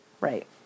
Right